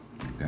okay